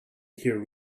hear